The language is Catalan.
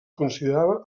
considerava